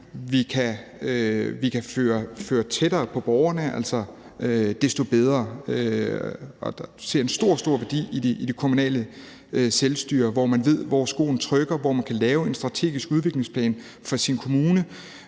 vi kan føre tættere på borgerne, desto bedre. Jeg ser en stor, stor værdi i det kommunale selvstyre, hvor man ved, hvor skoen trykker, hvor man kan lave en strategisk udviklingsplan for sin kommune,